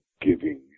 giving